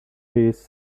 piece